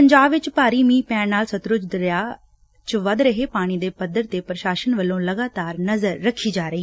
ਪੰਜਾਬ ਵਿਚ ਭਾਰੀ ਮੀਂਹ ਪੈਣ ਨਾਲ ਸਤਲੁਜ ਦਰਿਆ ਚ ਵਧੇ ਪਾਣੀ ਦੇ ਪੱਧਰ ਤੇ ਪ੍ਰਸ਼ਾਸਨ ਵੱਲੋ ਲਗਾਤਾਰ ਨਜ਼ਰ ਰੱਖੀ ਜਾ ਰਹੀ